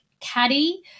Caddy